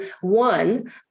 one